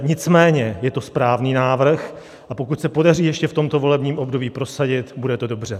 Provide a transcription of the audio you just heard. Nicméně je to správný návrh, a pokud se ho podaří ještě v tomto volebním období prosadit, bude to dobře.